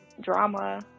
drama